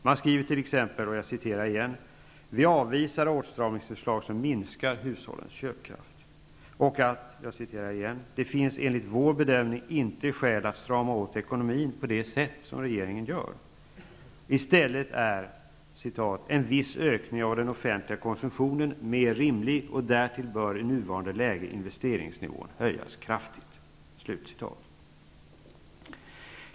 Man skriver t.ex.: ''Vi avvisar åtstramningsförslag som minskar hushållens köpkraft.'' Vidare säger man: ''Det finns enligt vår bedömning inte skäl att strama åt ekonomin på det sätt som regeringen gör.'' I stället menar man att ''en viss ökning av den offentliga konsumtionen är mer rimlig och att därtill bör i nuvarande läge investeringsnivån höjas kraftigt''.